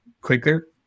quicker